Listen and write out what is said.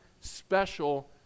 special